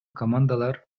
командалар